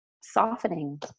softening